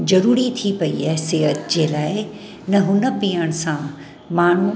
ज़रूरी थी पई आहे सिहत जे लाइ न हुन पीअण सां माण्हू